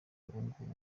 ubungubu